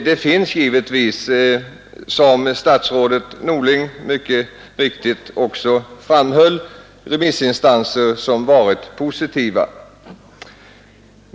Det finns givetvis, som statsrådet Norling mycket riktigt också framhöll, remissinstanser som varit positiva.